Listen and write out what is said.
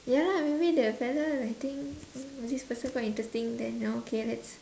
ya lah maybe the fella might think this person quite interesting then okay let's